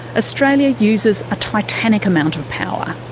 australia uses a titanic amount of power.